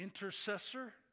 intercessor